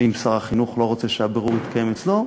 ואם שר החינוך לא רוצה שהבירור יתקיים אצלו,